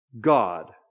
God